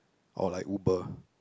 or like uber